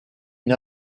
une